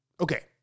okay